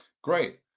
great.